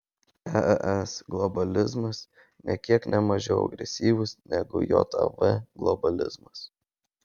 es globalizmas nė kiek ne mažiau agresyvus negu jav globalizmas